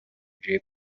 jay